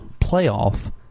playoff